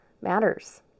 matters